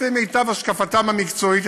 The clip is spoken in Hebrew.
לפי מיטב השקפתם המקצועית,